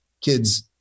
kids